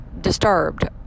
disturbed